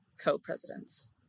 Co-presidents